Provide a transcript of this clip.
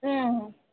ꯎꯝ